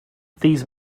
these